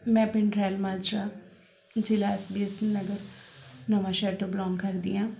ਮੈਂ ਪਿੰਡ ਰੈਲ ਮਾਜਰਾ ਜ਼ਿਲ੍ਹਾ S B S Nagar Nawanshahr ਤੋਂ ਬਿਲੋਂਗ ਕਰਦੀ ਹਾਂ